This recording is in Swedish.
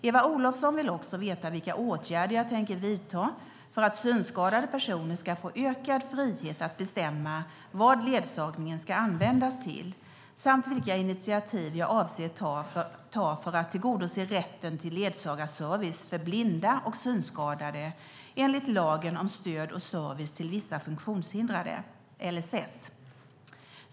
Eva Olofsson vill också veta vilka åtgärder jag tänker vidta för att synskadade personer ska få ökad frihet att bestämma vad ledsagningen ska användas till samt vilka initiativ jag avser att ta för att tillgodose rätten till ledsagarservice för blinda och synskadade enligt lagen om stöd och service till vissa funktionshindrade, LSS.